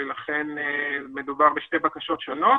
ולכן מדובר בשתי בקשות שונות,